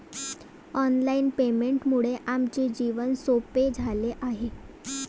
online पेमेंटमुळे आमचे जीवन सोपे झाले आहे